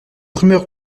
rumeur